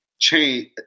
change